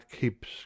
keeps